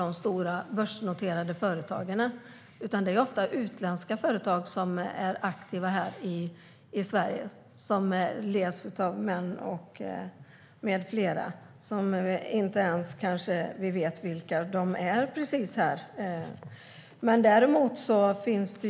Det är ofta utländska företag som är aktiva här i Sverige och som leds av män som vi kanske inte ens vet vilka de är.